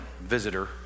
visitor